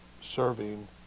serving